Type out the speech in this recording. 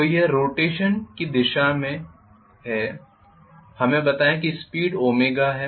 तो यह रोटेशन की दिशा है हमें बताएं कि स्पीड ओमेगाω है